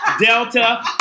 delta